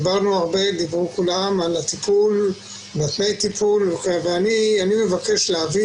דיברו כולם על הטיפול ואני מבקש להביא